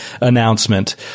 announcement